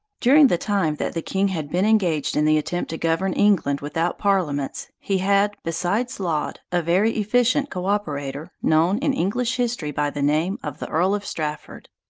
uring the time that the king had been engaged in the attempt to govern england without parliaments, he had, besides laud, a very efficient co-operator, known in english history by the name of the earl of strafford.